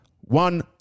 one